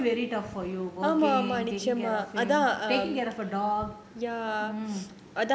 !aiyo! it will very tough for you working taking care of him taking care of your dog